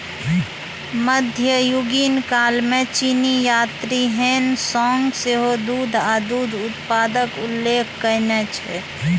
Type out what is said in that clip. मध्ययुगीन काल मे चीनी यात्री ह्वेन सांग सेहो दूध आ दूध उत्पादक उल्लेख कयने छै